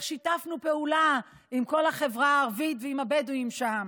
איך שיתפנו פעולה עם כל החברה הערבית ועם הבדואים שם,